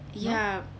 ya